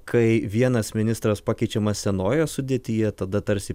kai vienas ministras pakeičiamas senoje sudėtyje tada tarsi